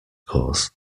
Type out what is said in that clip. course